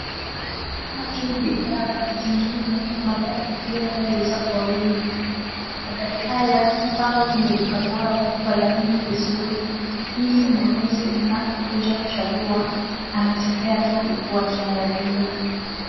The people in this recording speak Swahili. Kama tu bidhaa zingine, magari pia huuza kwa wingi, magari haya hupangwa kwenye duka lao kwa laini vizuri ili mnunuzi anapokuja kuchagua anatembea tu huku akiangalia.